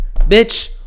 bitch